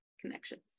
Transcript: connections